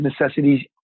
necessities